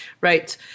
Right